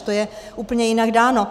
To je úplně jinak dáno.